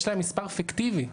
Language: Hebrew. יש להם מספר פיקטיבי,